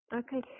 okay